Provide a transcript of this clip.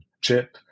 chip